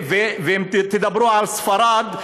ואם תדברו על ספרד,